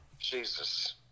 Jesus